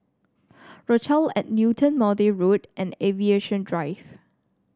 Rochelle at Newton Maude Road and Aviation Drive